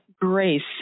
grace